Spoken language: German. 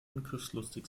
angriffslustig